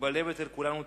ובלב אצל כולנו תקווה,